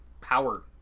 power